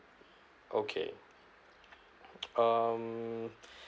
okay um